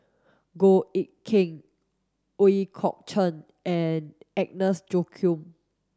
Goh Eck Kheng Ooi Kok Chuen and Agnes Joaquim